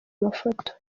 mafoto